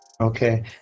Okay